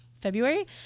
February